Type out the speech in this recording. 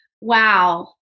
Wow